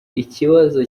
ikibazo